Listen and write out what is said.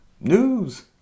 News